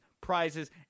prizes